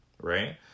Right